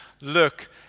look